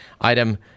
item